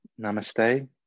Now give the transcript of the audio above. Namaste